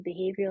behavioral